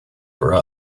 for